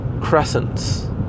crescents